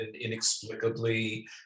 inexplicably